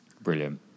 Brilliant